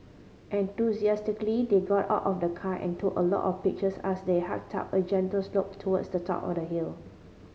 enthusiastically they got out of the car and took a lot of pictures as they hiked up a gentle slope towards the top of the hill